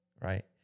right